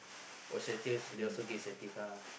oh they also give incentives ah